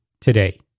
today